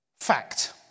Fact